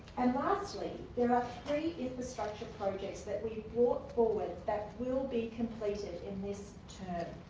and lastly, there are three infrastructure projects that we brought forward that will be completed in this term.